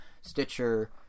Stitcher